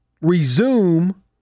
resume